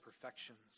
perfections